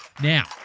Now